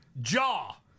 Jaw